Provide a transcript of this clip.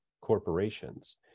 corporations